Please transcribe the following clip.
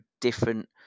different